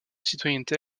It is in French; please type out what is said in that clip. citoyenneté